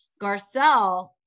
garcelle